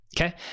Okay